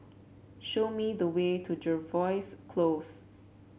show me the way to Jervois Close